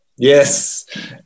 Yes